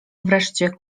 wreszcie